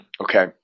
okay